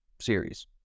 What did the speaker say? series